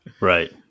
Right